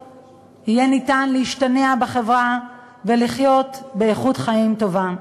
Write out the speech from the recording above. להשתנע בחברה ולחיות באיכות חיים טובה.